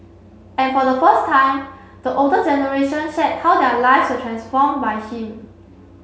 and for the first time the older generation shared how their lives are transformed by him